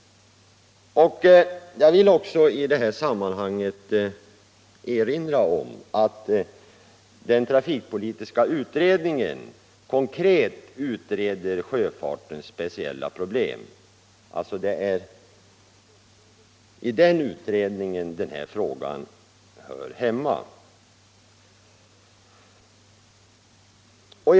Jag vill i det sammanhanget också erinra om att transportpolitiska utredningen konkret utreder sjöfartens speciella problem. Det är i den utredningen denna fråga hör hemma.